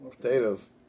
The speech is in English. potatoes